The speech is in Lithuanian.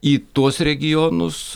į tuos regionus